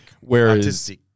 Whereas